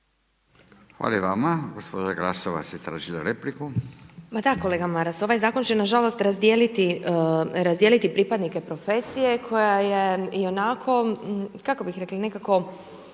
Hvala i vama. Gospođa Glasovac je tražila repliku.